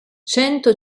cento